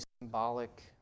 symbolic